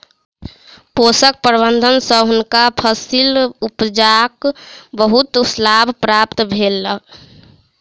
पोषक प्रबंधन सँ हुनका फसील उपजाक बहुत लाभ प्राप्त भेलैन